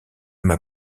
m’a